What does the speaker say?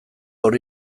hor